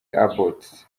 abbott